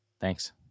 Thanks